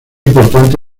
importante